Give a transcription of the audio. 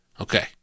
Okay